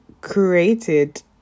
created